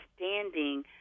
understanding